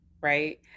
right